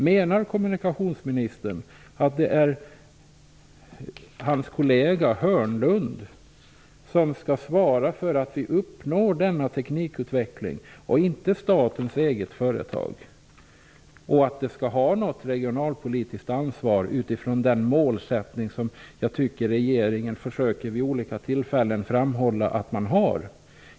Menar kommunikationsministern att det är hans kollega Hörnlund som skall ansvara för att vi uppnår denna teknikutveckling och inte statens eget företag? Anser kommunikationsministern att statens egna företag skall ha något regionalpolitiskt ansvar? Jag tycker att regeringen vid olika tillfällen har framhållit att den har en sådan målsättning.